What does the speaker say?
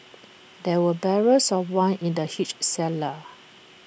there were barrels of wine in the huge cellar